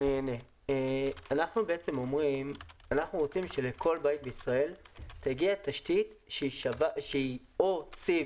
אנחנו רוצים שלכל בית בישראל תגיע תשתית שהיא או סיב